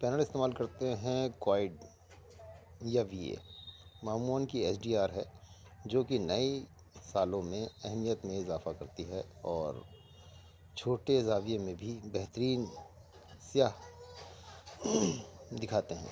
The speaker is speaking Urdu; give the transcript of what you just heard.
پینل استعمال کرتے ہیں کوائڈ یا وی اے کی ایچ ڈی آر ہے جو کہ نئی سالوں میں اہمیت میں اضافہ کرتی ہے اور چھوٹے زاویے میں بھی بہترین سیاہ دکھاتے ہیں